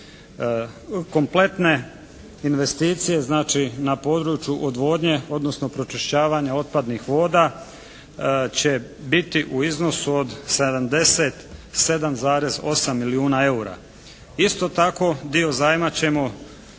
Kompletne investicije znači na području odvodnje odnosno pročišćavanja otpadnih voda će biti u iznosu od 77,8 milijuna eura. Isto tako dio zajma ćemo